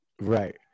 Right